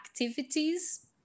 activities